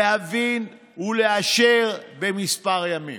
להבין ולאשר בכמה ימים.